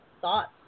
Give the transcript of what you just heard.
thoughts